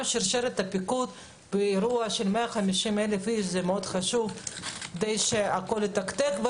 גם שרשרת הפיקוד באירוע של 150,000 אנשים חשובה מאוד כדי שהכול יתקתק.